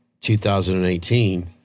2018